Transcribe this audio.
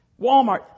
Walmart